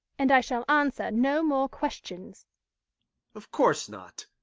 and i shall answer no more questions of course not.